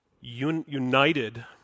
united